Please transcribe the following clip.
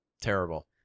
Terrible